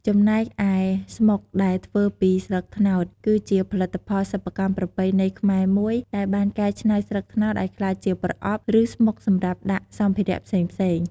ចំណែកឯស្មុកដែលធ្វើពីស្លឹកត្នោត គឺជាផលិតផលសិប្បកម្មប្រពៃណីខ្មែរមួយ ដែលបានកែច្នៃស្លឹកត្នោតឲ្យក្លាយជាប្រអប់ ឬស្មុកសម្រាប់ដាក់សម្ភារៈផ្សេងៗ។